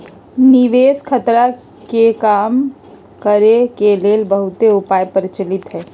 निवेश खतरा के कम करेके के लेल बहुते उपाय प्रचलित हइ